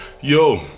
yo